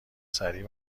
سریع